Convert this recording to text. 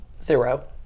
zero